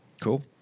Cool